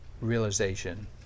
realization